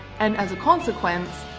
and as a consequence,